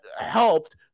helped